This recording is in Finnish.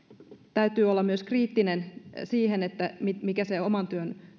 täytyy olla myös kriittinen siihen mikä se oman työn